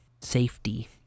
safety